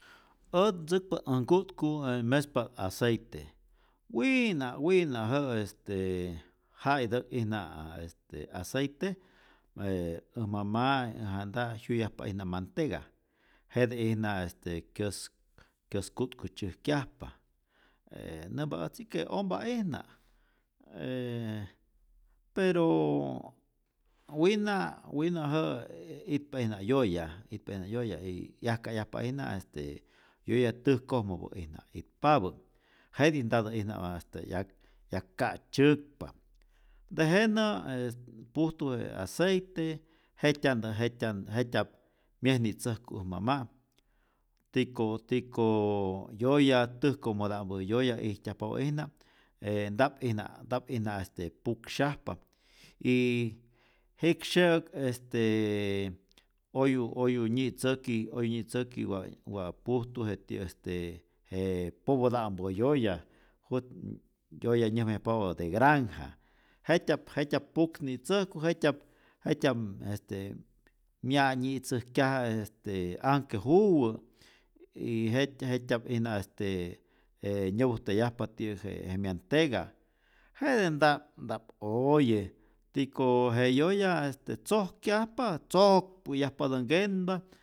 Ät ntzäkpa't äj nku'tku e mespa't aceite, wiiina wiina jä'ä este ja'itäk'ijna a este aceite e äj mama' äj janta' jyuyajpa'ijna mantega, jete'ijna este kyäs kyäsku'tku tzyäjkyajpa, e nämpa äjtzi que ompa'ijna, perooo wina' wina' jä'ä itpa ijna yoya, itpa ijna yoya y 'yajka'yajpa'ijna este yoya täjkojmäpä'ijna itpapä, jetij ntatä'ijna ä este 'yak yak'ka'tzyäkpa, tejenä e pujtu je aceite jet'tya'ntä jet'tya'n jetyap myesnitzäjku äj mama', tiko tikooo yoya täjkojmota'mpä yoya ijtyajpapä'ijna e nta'p nta'p'ijna este puksyajpa, y jiksye'äk este oyu oyu nyi'tzäki oyu nyi'tzäki wa wa pujtu je ti'yäk este je popota'mpä yoya, jut e ä yoya nyäjmayajpapä te granja jetyap jetyap puksni'tzäjku, jetyap jetyam este mya'nyitzäjkyaj este anhke juwä, y jet jetya'pijna este e nyäpujtayajpa ti'yäk je myantega, jete nta'p nta'p oye, tiko je yoya este tzojkyajpa tzokpä'yajpatä nkenpa